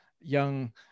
young